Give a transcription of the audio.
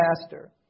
master